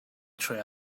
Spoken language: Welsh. trwy